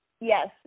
Yes